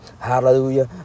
Hallelujah